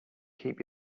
keep